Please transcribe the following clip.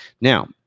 Now